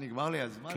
מה, נגמר לי הזמן?